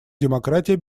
демократия